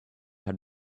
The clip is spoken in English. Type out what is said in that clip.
had